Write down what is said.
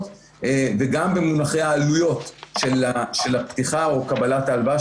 גם במונחי הערבויות וגם במונחי העלויות של הפתיחה או קבלת ההלוואה,